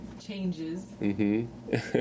changes